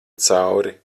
cauri